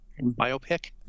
Biopic